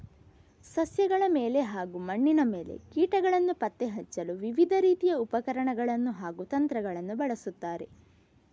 ಸಸ್ಯಗಳ ಮೇಲೆ ಹಾಗೂ ಮಣ್ಣಿನ ಮೇಲೆ ಕೀಟಗಳನ್ನು ಪತ್ತೆ ಹಚ್ಚಲು ವಿವಿಧ ರೀತಿಯ ಉಪಕರಣಗಳನ್ನು ಹಾಗೂ ತಂತ್ರಗಳನ್ನು ಬಳಸುತ್ತಾರೆ